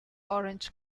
orange